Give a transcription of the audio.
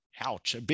Ouch